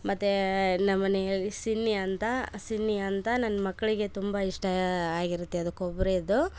ಮತ್ತು ನಮ್ಮನೆಯಲ್ಲಿ ಸಿನ್ನಿ ಅಂತ ಸಿನ್ನಿ ಅಂತ ನನ್ನ ಮಕ್ಕಳಿಗೆ ತುಂಬ ಇಷ್ಟಾ ಆಗಿರುತ್ತೆ ಅದು ಕೊಬ್ಬರಿಯದ್ದು